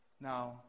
Now